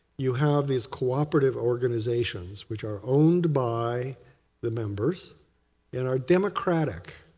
you have these cooperative organizations which are owned by the members and are democratic.